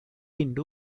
into